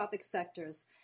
sectors